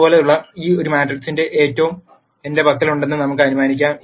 ഇതുപോലുള്ള ഒരു മാട്രിക്സ് എന്റെ പക്കലുണ്ടെന്ന് നമുക്ക് അനുമാനിക്കാം